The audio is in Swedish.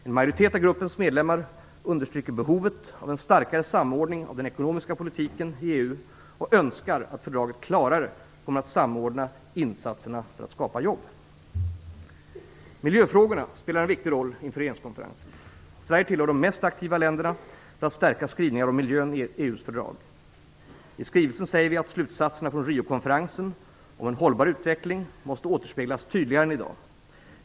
En majoritet av gruppens medlemmar understryker behovet av en starkare samordning av den ekonomiska politiken i EU och önskar att fördraget klarare kommer att samordna insatserna för att skapa jobb. Miljöfrågorna spelar en viktig roll inför regeringskonferensen. Sverige tillhör de mest aktiva länderna för att stärka skrivningar om miljön i EU:s fördrag. I skrivelsen säger vi att slutsatserna från Riokonferensen om en hållbar utveckling måste återspeglas tydligare än i dag.